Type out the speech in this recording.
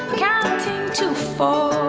counting to four.